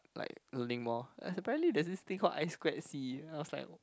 like to link more and surprisingly there's this thing called ice squared c then I was like